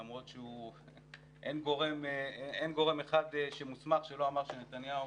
למרות שאין גורם אחד מוסמך שלא אמר שנתניהו